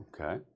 Okay